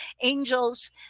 angels